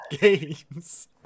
games